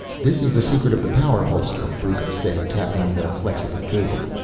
this is the secret of the power holster, brucco said, tapping the flexible cable.